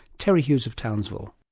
terry hughes of townsville.